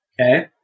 okay